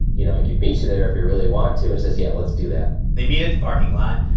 you know, i could meet you there if you really want to. he says, yeah. let's do that they meet at the parking lot.